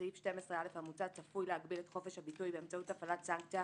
סעיף 12א המוצע צפוי להגביל את חופש הביטוי באמצעות הפעלת סנקציה